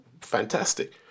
Fantastic